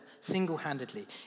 single-handedly